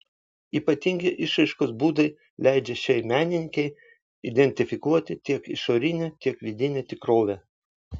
ypatingi išraiškos būdai leidžia šiai menininkei identifikuoti tiek išorinę tiek vidinę tikrovę